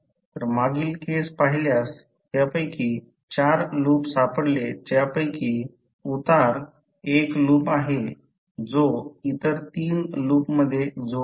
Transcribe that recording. तर मागील केस पाहिल्यास त्यापैकी 4 लूप सापडले ज्यापैकी उतार एक लूप आहे जो इतर 3 लूपमध्ये जोडत नाही